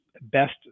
best